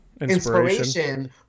inspiration